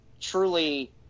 truly